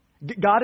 God